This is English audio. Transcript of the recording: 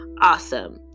awesome